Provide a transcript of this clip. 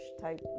type